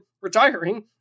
retiring